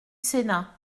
sénat